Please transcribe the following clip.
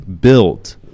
built